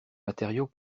matériau